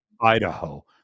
Idaho